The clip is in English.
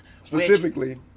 specifically